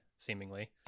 seemingly